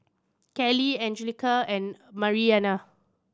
Kelley Angelica and Mariana